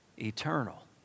Eternal